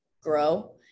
grow